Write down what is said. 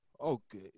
Okay